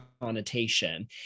connotation